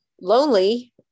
lonely